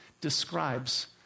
describes